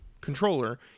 controller